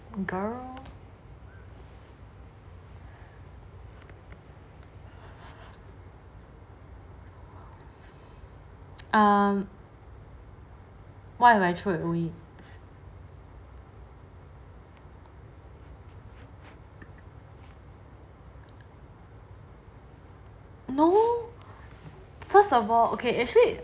girl um what if I throw it away